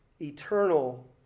eternal